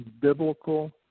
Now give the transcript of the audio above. biblical